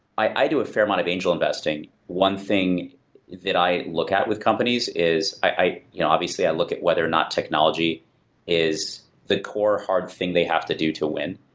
i i do a fair amount of angel investing. one thing that i look at with companies is you know obviously, i look at whether or not technology is the core hard thing they have to do to win.